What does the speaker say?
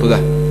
תודה.